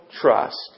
trust